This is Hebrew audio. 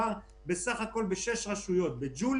מדובר בסך הכול בשש רשויות: ג'וליס,